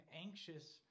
anxious